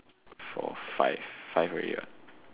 four five five already what